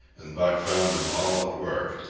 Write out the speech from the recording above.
and buck found them all at work.